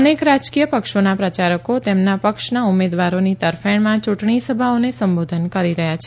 અનેક રાજકીય પક્ષોના પ્રચારકો તેમના પક્ષના ઉમેદવારોની તરફેણમાં યૂંટણી સભાઓને સંબોધન કરી રહ્યા છે